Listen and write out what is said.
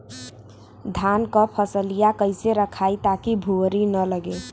धान क फसलिया कईसे रखाई ताकि भुवरी न लगे?